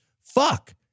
Fuck